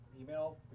email